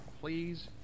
Please